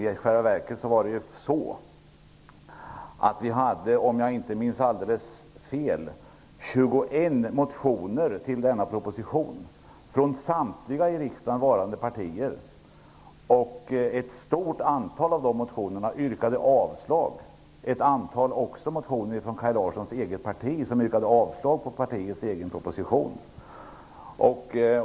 I själva verket fanns det - om jag inte minns alldeles fel - 21 motioner med anledning av denna proposition från riksdagens samtliga partier. I ett stort antal av dessa motioner yrkades avslag på propositionen, däribland i motioner från Kaj Larssons eget parti, i vilka det alltså yrkades avslag på partiets egen proposition.